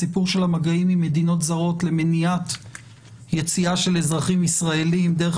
הסיפור של המגעים עם מדינות זרות למניעת יציאה של אזרחים ישראלים דרך